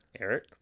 eric